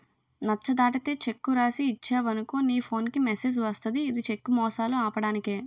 నచ్చ దాటితే చెక్కు రాసి ఇచ్చేవనుకో నీ ఫోన్ కి మెసేజ్ వస్తది ఇది చెక్కు మోసాలు ఆపడానికే